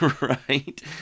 right